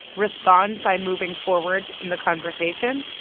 respond by moving forward in the conversation,